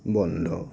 বন্ধ